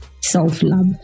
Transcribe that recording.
self-love